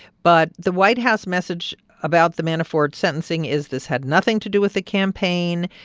but the white house message about the manafort sentencing is this had nothing to do with the campaign.